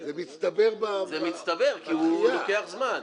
זה מצטבר --- זה מצטבר כי הוא לוקח זמן.